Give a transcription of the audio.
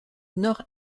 nord